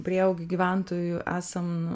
prieaugį gyventojų esam